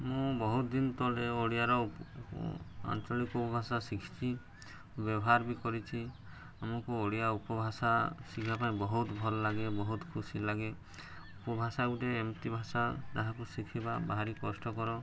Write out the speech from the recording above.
ମୁଁ ବହୁତ ଦିନ ତଳେ ଓଡ଼ିଆର ଆଞ୍ଚଳିକ ଉପଭାଷା ଶିଖିଛି ବ୍ୟବହାର ବି କରିଛିି ଆମକୁ ଓଡ଼ିଆ ଉପଭାଷା ଶିଖିବା ପାଇଁ ବହୁତ ଭଲ ଲାଗେ ବହୁତ ଖୁସି ଲାଗେ ଉପଭାଷା ଗୋଟେ ଏମିତି ଭାଷା ଯାହାକୁ ଶିଖିବା ଭାରି କଷ୍ଟକର